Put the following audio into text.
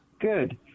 Good